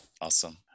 awesome